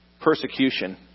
persecution